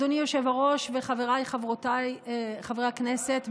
אדוני היושב-ראש וחבריי וחברותיי חברי הכנסת,